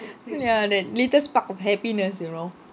ya that little spark of happiness you know